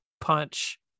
punch